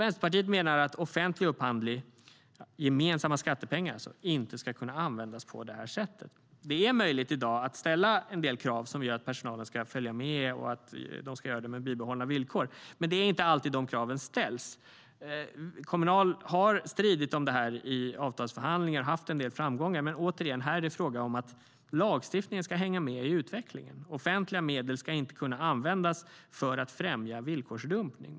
Vänsterpartiet menar att offentlig upphandling, alltså gemensamma skattepengar, inte ska kunna användas på det här sättet. Det är möjligt i dag att ställa krav om att personalen ska följa med och att det ska ske med bibehållna villkor. Men det är inte alltid de kraven ställs. Kommunal har stridit om detta i avtalsförhandlingar och haft en del framgångar, men återigen: Här är det fråga om att lagstiftningen ska hänga med i utvecklingen. Offentliga medel ska inte kunna användas för att främja villkorsdumpning.